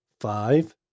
Five